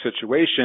situation